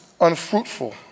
unfruitful